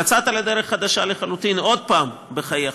יצאת לדרך חדשה לחלוטין עוד פעם בחייך,